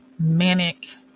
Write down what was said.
Manic